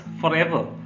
forever